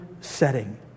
setting